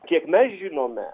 kiek mes žinome